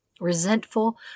resentful